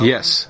Yes